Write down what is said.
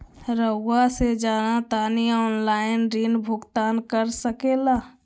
रहुआ से जाना तानी ऑनलाइन ऋण भुगतान कर सके ला?